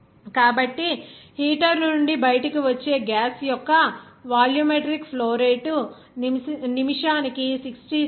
కాబట్టి హీటర్ నుండి బయటకు వచ్చే గ్యాస్ యొక్క వాల్యూమెట్రిక్ ఫ్లో రేటు నిమిషానికి 66